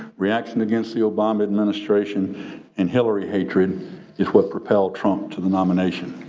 reaction against the obama administration and hillary hatred is what propelled trump to the nomination.